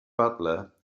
butler